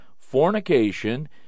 fornication